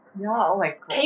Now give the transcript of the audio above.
ya oh my god